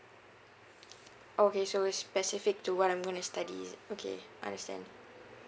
okay so it's specific to what I'm going to study okay understand